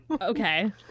okay